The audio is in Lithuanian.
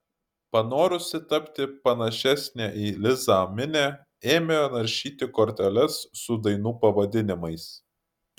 panorusi tapti panašesnė į lizą minė ėmė naršyti korteles su dainų pavadinimais